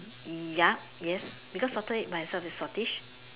ya yes because Salted Egg by itself is very saltish